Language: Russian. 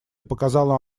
показала